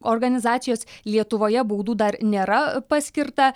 organizacijos lietuvoje baudų dar nėra paskirta